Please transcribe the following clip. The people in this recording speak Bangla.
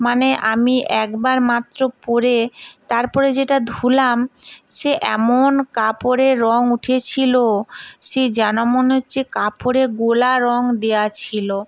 মানে আমি একবার মাত্র পরে তারপরে যেটা ধুলাম সে এমন কাপড়ে রঙ উঠেছিলো সে যেন মনে হচ্ছে কাপড়ে গোলা রঙ দেয়া ছিলো